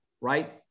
right